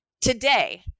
today